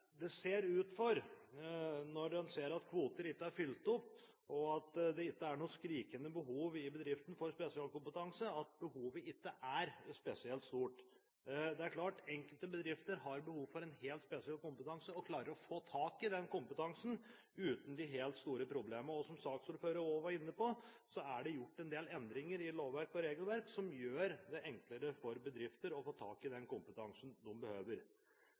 Det ser ut til – når en ser at kvoter ikke er fylt opp, og at det ikke er noe skrikende behov i bedriftene for spesialkompetanse – at behovet ikke er spesielt stort. Det er klart at enkelte bedrifter har behov for en helt spesiell kompetanse, og klarer å få tak i den kompetansen uten de helt store problemene. Som saksordføreren også var inne på, er det gjort en del endringer i lovverk og regelverk som gjør det enklere for bedrifter å få tak i den kompetansen de behøver.